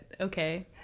okay